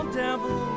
devil